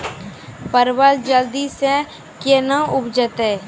परवल जल्दी से के ना उपजाते?